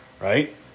right